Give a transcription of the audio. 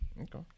Okay